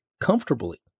comfortably